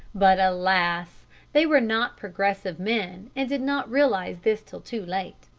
but, alas! they were not progressive men and did not realize this till too late.